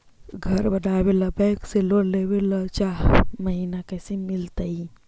घर बनावे ल बैंक से लोन लेवे ल चाह महिना कैसे मिलतई?